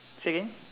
say again